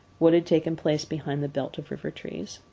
what had taken place behind the belt of river trees.